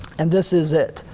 and this is it,